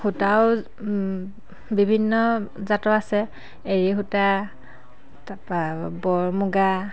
সূতাও বিভিন্ন জাতৰ আছে এৰী সূতা তাৰ পৰা বৰ মুগা